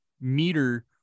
meter